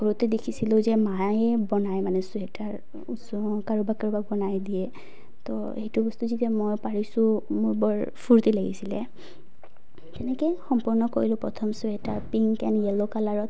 সৰুতে দেখিছিলোঁ যে মায়ে বনায় মানে চুৱেটাৰ ওচৰৰ কাৰোবাক কাৰোবাক বনাই দিয়ে ত' সেইটো বস্তু যেতিয়া মই পাৰিছোঁ মোৰ বৰ ফূৰ্তি লাগিছিলে তেনেকৈ সম্পূৰ্ণ কৰিলোঁ প্ৰথম চুৱেটাৰ পিংক এণ্ড য়েল' কালাৰত